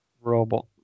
robot